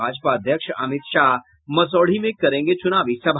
भाजपा अध्यक्ष अमित शाह मसौढ़ी में करेंगे चुनावी सभा